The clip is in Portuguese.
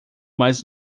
mais